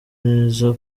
neza